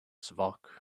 zvooq